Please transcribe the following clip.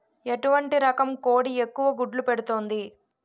ఎటువంటి రకం కోడి ఎక్కువ గుడ్లు పెడుతోంది?